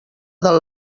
del